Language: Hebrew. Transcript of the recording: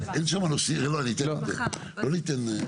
לא ניתן,